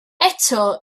eto